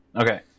Okay